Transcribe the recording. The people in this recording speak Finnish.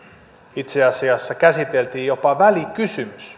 itse asiassa käsiteltiin jopa välikysymys välikysymys